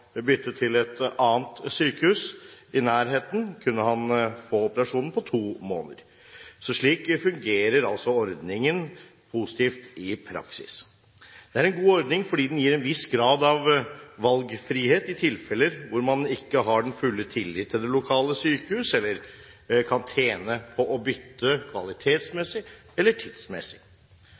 til et annet sykehus i nærheten kunne få operasjonen på to måneder. Slik fungerer altså ordningen positivt i praksis. Det er en god ordning fordi den gir en viss grad av valgfrihet i tilfeller hvor man ikke har den fulle tillit til det lokale sykehus, eller kan tjene på å bytte, kvalitetsmessig eller tidsmessig.